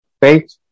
faith